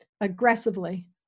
aggressively